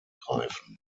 greifen